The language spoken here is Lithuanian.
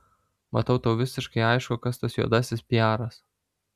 matau tau visiškai aišku kas tas juodasis piaras